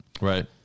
right